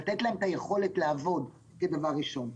לתת להם את היכולת לעבוד כדבר ראשון.